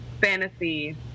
fantasy